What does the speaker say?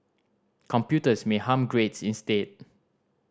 computers may harm grades instead